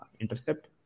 intercept